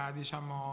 diciamo